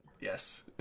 Yes